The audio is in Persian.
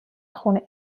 خون